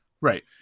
right